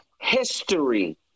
history